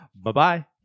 Bye-bye